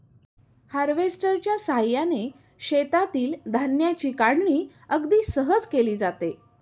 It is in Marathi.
हार्वेस्टरच्या साहाय्याने शेतातील धान्याची काढणी अगदी सहज केली जाते